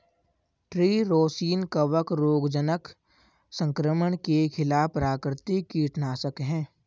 tree rosin कवक रोगजनक संक्रमण के खिलाफ प्राकृतिक कीटनाशक है